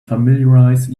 familiarize